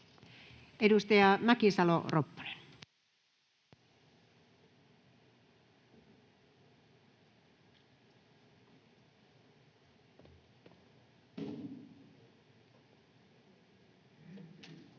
Edustaja Mäkisalo-Ropponen. [Speech